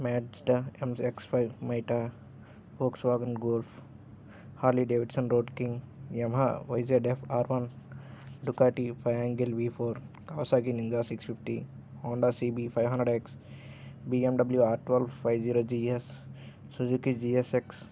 Mazda MX five Miata Volkswagen Golf Harley Davidson Road King Yamaha YZF R one Ducati Panigale V four Kawasaki Ninja six fifty Honda CB five hundred X BMW R twelve five zero GS Suzuki GSX